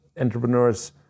entrepreneurs